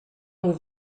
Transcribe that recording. nhw